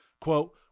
quote